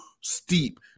steep